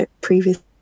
previously